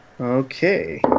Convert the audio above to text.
Okay